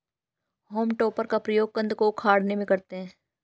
home टॉपर का प्रयोग कन्द को उखाड़ने में करते हैं